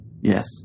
Yes